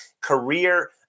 career